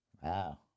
Wow